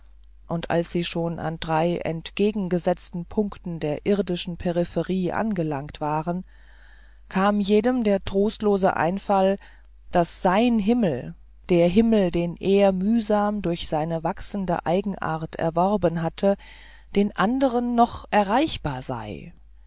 und als sie schon an drei entgegengesetzten punkten der irdischen peripherie angelangt waren kam jedem der trostlose einfall daß sein himmel der himmel den er mühsam durch seine wachsende eigenart erworben hatte den anderen noch erreichbar sei